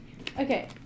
Okay